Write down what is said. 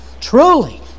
Truly